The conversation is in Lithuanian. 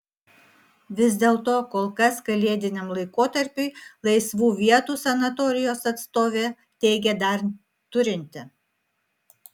vis dėlto kol kas kalėdiniam laikotarpiui laisvų vietų sanatorijos atstovė teigė dar turinti